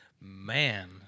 Man